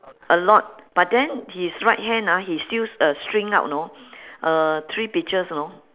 a lot but then his right hand ah he still uh string up know uh three peaches you know